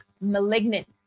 malignant